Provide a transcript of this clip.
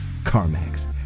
CarMax